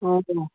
ह